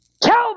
Tell